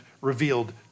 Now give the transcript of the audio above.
revealed